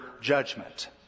judgment